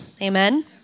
Amen